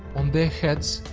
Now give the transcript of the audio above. on their heads,